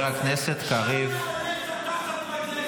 של נעליך מעל רגליך.